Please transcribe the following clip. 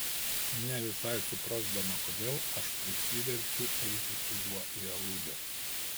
ne visai suprasdama kodėl aš prisiverčiu eiti su juo į aludę